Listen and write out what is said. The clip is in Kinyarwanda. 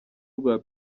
rwa